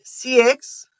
CX